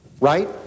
right